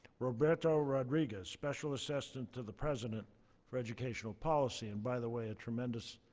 roberto rodriguez, special assistant to the president for educational policy and by the way, a tremendous